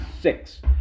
six